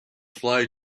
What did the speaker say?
fly